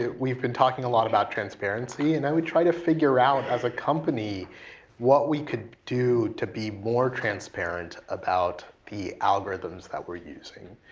ah we've been talking a lot about transparency, and i would try to figure out as a company what we could do to be more transparent about the algorithms that we're using.